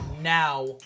now